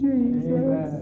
Jesus